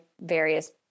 various